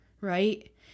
right